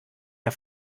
der